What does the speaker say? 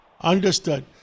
understood